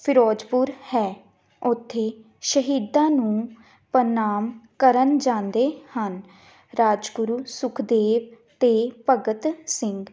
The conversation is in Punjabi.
ਫਿਰੋਜ਼ਪੁਰ ਹੈ ਉੱਥੇ ਸ਼ਹੀਦਾਂ ਨੂੰ ਪ੍ਰਣਾਮ ਕਰਨ ਜਾਂਦੇ ਹਨ ਰਾਜਗੁਰੂ ਸੁਖਦੇਵ ਅਤੇ ਭਗਤ ਸਿੰਘ